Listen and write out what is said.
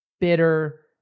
bitter